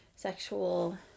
sexual